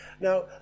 Now